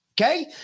Okay